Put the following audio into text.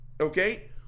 okay